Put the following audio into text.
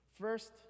First